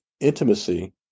Intimacy